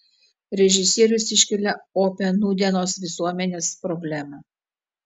režisierius iškelia opią nūdienos visuomenės problemą